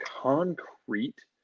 concrete